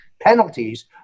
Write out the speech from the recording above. penalties